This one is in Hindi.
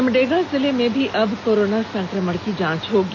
सिमडेगा जिले में भी अब कोरोना संक्रमण की जांच होगी